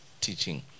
teaching